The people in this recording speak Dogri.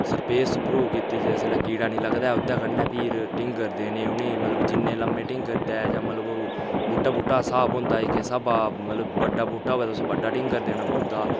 सपरेऽ स्प्रे कीती जिसलै कीड़ा नी लगदा ऐ ते ओह्दे कन्नै फ्ही टींगर देने उ'नेंगी मतलब जिन्ने लम्मे टींगर ते मतलब ओह् बूह्टे बूह्टे दा स्हाब होंदा एह् किस स्हाबै मतलब बड्डा बूह्टा होवै ते उसी बड्डा टींगर देना पौंदा